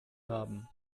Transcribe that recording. haben